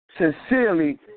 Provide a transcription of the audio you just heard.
sincerely